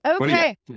Okay